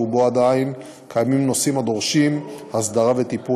ועדיין קיימים בו נושאים הדורשים הסדרה וטיפול.